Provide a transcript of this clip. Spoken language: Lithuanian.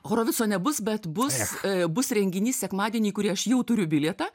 horovico nebus bet bus bus renginys sekmadienį į kurį aš jau turiu bilietą